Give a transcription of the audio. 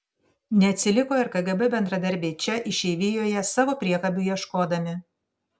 neatsiliko ir kgb bendradarbiai čia išeivijoje savo priekabių ieškodami